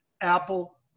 Apple